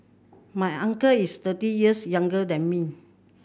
my uncle is thirty years younger than me